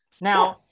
now